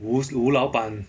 吴 S 吴老板